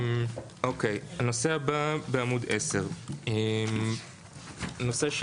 הנושא הבא בעמ' 10. הנושא,